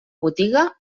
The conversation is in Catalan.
botiga